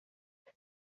that